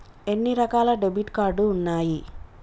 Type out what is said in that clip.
ఎన్ని రకాల debit card ఉన్నాయి?